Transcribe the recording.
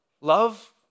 love